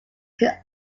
can